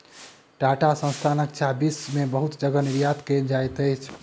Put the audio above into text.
टाटा संस्थानक चाह विश्व में बहुत जगह निर्यात कयल जाइत अछि